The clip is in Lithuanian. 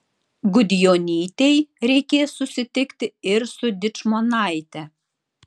gudjonytei reikės susitikti ir su dičmonaite